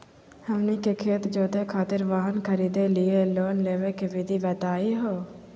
हमनी के खेत जोते खातीर वाहन खरीदे लिये लोन लेवे के विधि बताही हो?